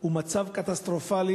הוא מצב קטסטרופלי.